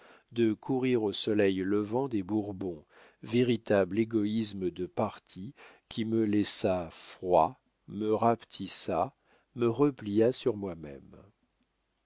de courir au soleil levant des bourbons véritable égoïsme de parti qui me laissa froid me rapetissa me replia sur moi-même